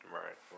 right